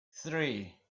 three